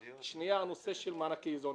דבר שני, נושא של מענקי איזון.